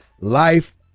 Life